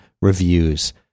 reviews